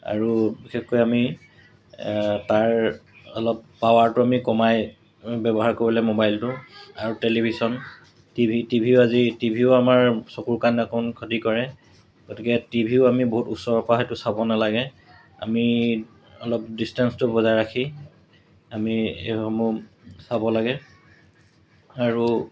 আৰু বিশেষকৈ আমি তাৰ অলপ পাৱাৰটো আমি কমাই ব্যৱহাৰ কৰিলে মোবাইলটো আৰু টেলিভিশ্যন টি ভি টি ভিও আজি টি ভিও আমাৰ চকুৰ কাণ নাকৰ ক্ষতি কৰে গতিকে টি ভিও আমি বহুত ওচৰৰ পৰা সেইটো চাব নালাগে আমি অলপ ডিচটেঞ্চটো বজাই ৰাখি আমি এইসমূহ চাব লাগে আৰু